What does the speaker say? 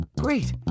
Great